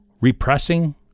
repressing